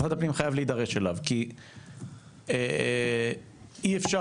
משרד הפנים חייב להידרש אי כי אי אפשר